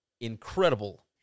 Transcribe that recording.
incredible